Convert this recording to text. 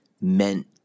meant